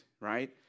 right